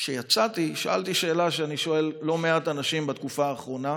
כשיצאתי שאלתי שאלה שאני שואל לא מעט אנשים בתקופה האחרונה: